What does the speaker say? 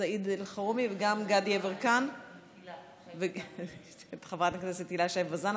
סעיד אלחרומי וגם גדי יברקן ואת חברת הכנסת הילה שי וזאן,